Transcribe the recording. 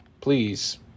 please